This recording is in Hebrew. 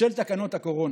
בשל תקנות הקורונה.